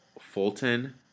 Fulton